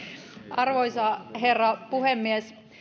arvoisa herra puhemies